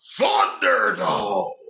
Thunderdome